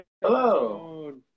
Hello